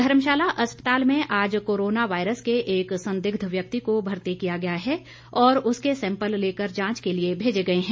धर्मशाला अस्पताल में आज कोरोना वायरस के एक संदिग्ध व्यक्ति को भर्ती किया गया है और उसके सैंपल लेकर जांच के लिए भेजे गए हैं